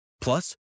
Plus